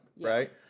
right